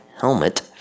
helmet